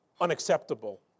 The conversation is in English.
unacceptable